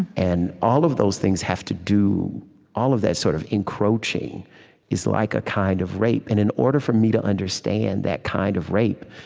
and all of those things have to do all of that sort of encroaching is like a kind of rape. and in order for me to understand that kind of rape,